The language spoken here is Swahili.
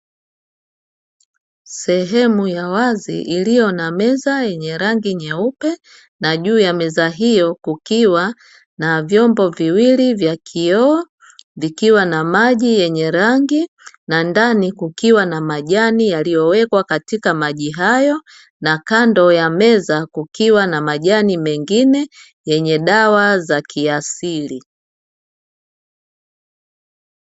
Sehemu ya wazi iliyo na meza yenye rangi nyeupe na juu ya meza hiyo kukiwa na vyombo viwili vya kioo, vikiwa na maji yenye rangi na ndani kukiwa na majani yaliyowekwa katika maji hayo na kando ya meza kukiwa na majani mengine yenye dawa za kiasili.